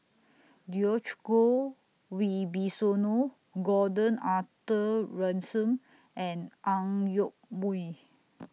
Djoko Wibisono Gordon Arthur Ransome and Ang Yoke Mooi